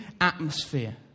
atmosphere